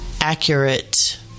accurate